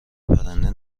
پرنده